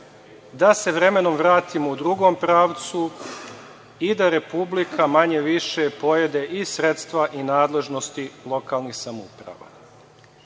da se vremenom vratimo u drugom pravcu i da Republika manje više pojede i sredstva i nadležnosti lokalnih